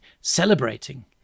celebrating